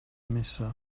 missa